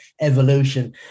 evolution